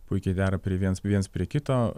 puikiai dera prie viens viens prie kito